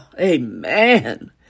Amen